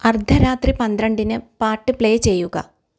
അർധരാത്രി പന്ത്രണ്ടിന് പാട്ട് പ്ലേ ചെയ്യുക